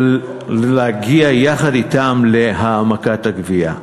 ולהגיע יחד אתם להעמקת הגבייה.